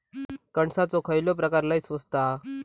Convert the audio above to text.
कणसाचो खयलो प्रकार लय स्वस्त हा?